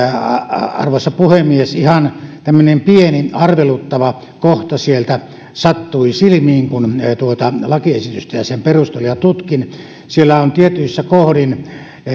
arvoisa puhemies ihan tämmöinen pieni arveluttava kohta sieltä sattui silmiin kun tuota lakiesitystä ja sen perusteluja tutkin siellä on tietyissä kohdin